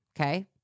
Okay